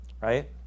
right